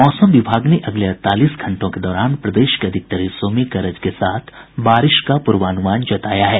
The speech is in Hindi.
मौसम विभाग ने अगले अड़तालीस घंटों के दौरान प्रदेश के अधिकांश हिस्सों में गरज के साथ बारिश का पूर्वानुमान जताया है